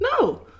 No